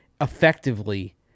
effectively